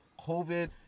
COVID